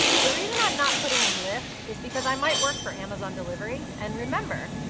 the reason i'm not putting in lyft is because i might work for amazon delivery, and remember,